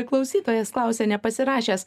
klausytojas klausia nepasirašęs